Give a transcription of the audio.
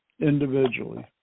individually